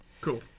Cool